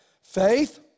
faith